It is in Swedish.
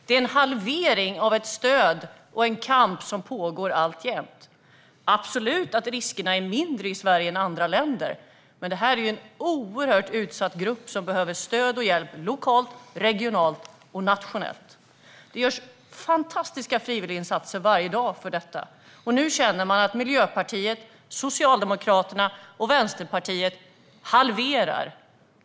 Det är en halvering av stödet till en kamp som alltjämt pågår. Riskerna är absolut mindre i Sverige än i andra länder, men detta är en oerhört utsatt grupp som behöver stöd och hjälp lokalt, regionalt och nationellt. Det görs fantastiska frivilliginsatser varje dag för detta, och nu halverar Miljöpartiet, Socialdemokraterna och Vänsterpartiet stödet.